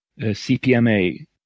CPMA